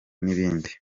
n’ibindi